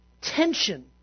tension